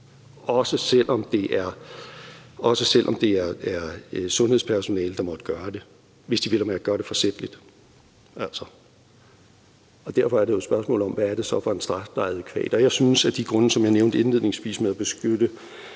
også selv om det er sundhedspersonale, der måtte gøre det – hvis de vel at mærke gør det forsætligt. Derfor er det jo et spørgsmål om, hvad det er for en straf, der er adækvat. Og jeg synes af de grunde, som jeg nævnte indledningsvis – for at beskytte